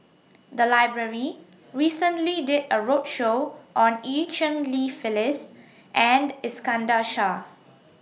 The Library recently did A roadshow on EU Cheng Li Phyllis and Iskandar Shah